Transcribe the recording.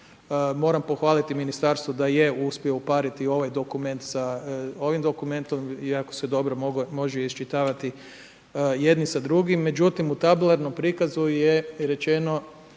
Moram pohvaliti ministarstvo da je uspio upariti ovaj dokument sa ovim dokumentom i jako se dobro može iščitavati jedni s drugim. Međutim, u tabeliranom prikazu je rečeno